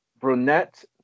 brunette